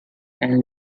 and